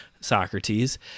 Socrates